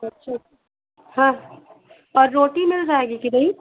अच्छा हाँ और रोटी मिल जाएगी कि नहीं